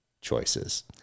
choices